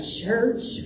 church